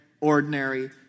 ordinary